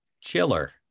chiller